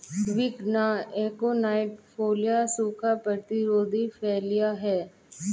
विग्ना aconitifolia सूखा प्रतिरोधी फलियां हैं